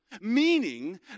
Meaning